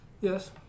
Yes